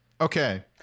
Okay